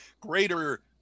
greater